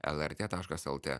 lrt taškas lt